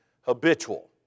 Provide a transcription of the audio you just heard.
habitual